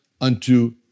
unto